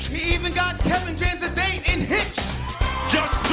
even got kevin james a date in hitch just